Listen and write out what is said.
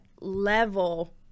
level